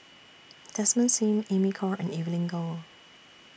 Desmond SIM Amy Khor and Evelyn Goh